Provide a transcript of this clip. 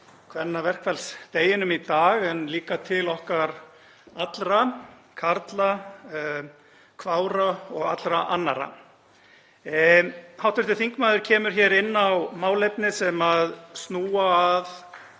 kvennaverkfallsdeginum í dag en líka til okkar allra; karla, kvára og allra annarra. Hv. þingmaður kemur hér inn á málefni sem snúa að